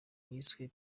yiswe